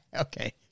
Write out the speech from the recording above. Okay